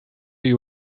you